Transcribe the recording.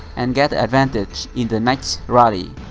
and get the advantage in the next rally.